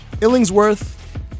Illingsworth